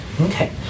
Okay